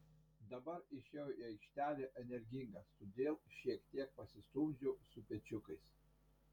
dabar išėjau į aikštelę energingas todėl šiek tiek pasistumdžiau su pečiukais